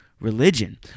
religion